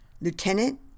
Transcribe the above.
Lieutenant